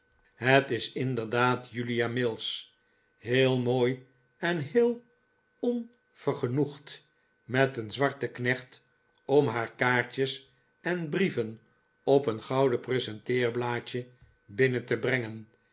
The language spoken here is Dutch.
het is inderdaad julia mills heel mooi en heel onvergenoegd met een zwarten knecht om haar kaartjes en brieven op een gouden presenteerblaadje binnen te brengen